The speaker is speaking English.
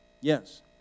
Yes